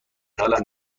حالمه